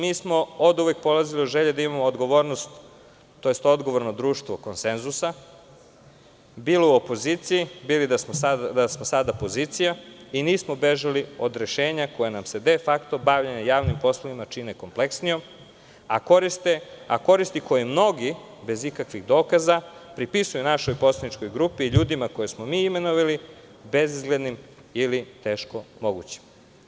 Mi smo oduvek polazili od želje da imamo odgovorno društvo oko konsenzusa, bilo u opoziciji, bilo da smo pozicija i nismo bežali od rešenja koja nam se defakto bavljenja javnim poslovima čine kompleksnijim, a koristi koje mnogi bez ikakvih dokaza pripisuju našoj poslaničkoj grupi i ljudima koje smo mi imenovali bezizglednim ili teško mogućim.